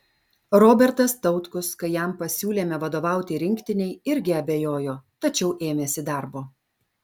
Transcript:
robertas tautkus kai jam pasiūlėme vadovauti rinktinei irgi abejojo tačiau ėmėsi darbo